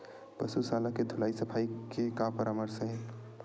पशु शाला के धुलाई सफाई के का परामर्श हे?